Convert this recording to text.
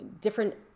different